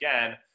again